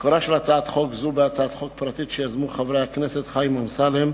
מקורה של הצעת חוק זו בהצעת חוק פרטית שיזמו חברי הכנסת חיים אמסלם,